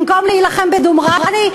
במקום להילחם בדומרני,